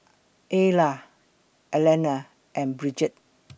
Ayla Alana and Bridget